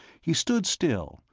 he stood still,